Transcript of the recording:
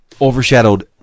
overshadowed